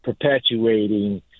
perpetuating